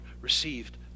received